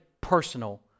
personal